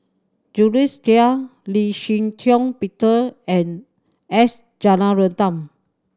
Jules Itier Lee Shih Shiong Peter and S Rajaratnam